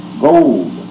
gold